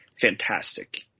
fantastic